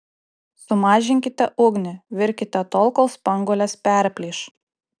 sumažinkite ugnį virkite tol kol spanguolės perplyš